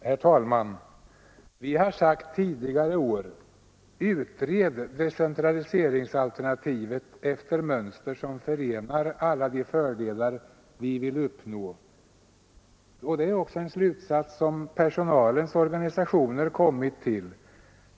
Herr talman! Vi har sagt tidigare år: Utred decentraliseringsalternativet efter mönster som förenar alla de fördelar vi vill uppnå. Det är en slutsats som också personalens organisationer kommit till.